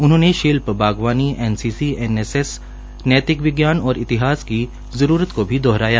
उन्होंने शिल्प बागवानी एनसीसी एनएसएस नैतिक विज्ञान तथा इतिहास की जरूरत भी दोहराया